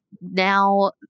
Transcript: now